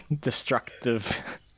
destructive